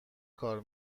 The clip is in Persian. کار